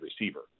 receiver